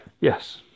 yes